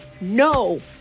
No